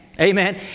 Amen